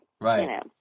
Right